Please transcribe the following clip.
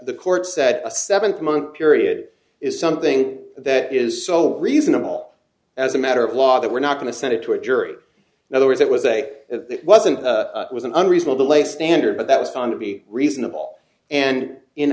the court said a seventh month period is something that is so reasonable as a matter of law that we're not going to send it to a jury in other words it was a it wasn't was an unreasonable a standard but that was found to be reasonable and in